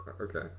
Okay